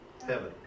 Heaven